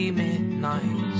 midnight